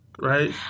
Right